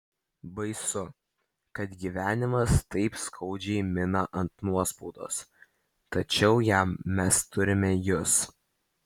baisu kad gyvenimas taip skaudžiai mina ant nuospaudos tačiau ačiū jam mes turime jus